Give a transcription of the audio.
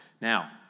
Now